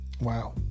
wow